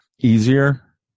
easier